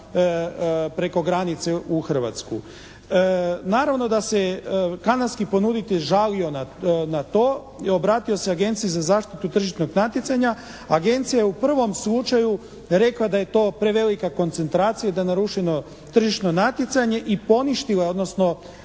preko granice u Hrvatsku. Naravno da se kanadski ponuditelj žalio na to i obratio se agenciji za zaštitu tržišnog natjecanja. Agencija je u prvom slučaju rekla da je to prevelika koncentracija i da je narušeno tržišno natjecanje i poništila, odnosno